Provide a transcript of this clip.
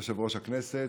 אדוני יושב-ראש הכנסת,